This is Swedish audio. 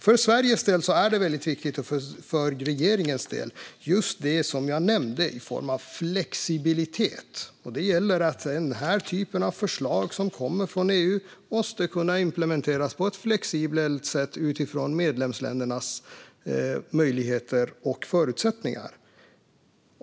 För Sveriges och regeringens del är det jag nämnde, nämligen flexibilitet, väldigt viktigt. Den här typen av förslag som kommer från EU måste kunna implementeras på ett flexibelt sätt utifrån medlemsländernas möjligheter och förutsättningar.